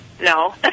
no